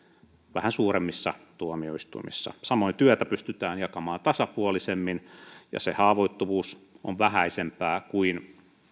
vähän suuremmissa tuomioistuimissa samoin työtä pystytään jakamaan tasapuolisemmin ja se haavoittuvuus on vähäisempää kuin